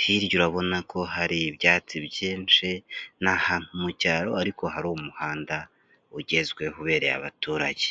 hirya urabona ko hari ibyatsi byinshi, ni ahantu mu cyaro ariko hari umuhanda ugezweho ubereye abaturage.